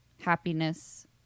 happiness